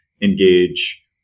engage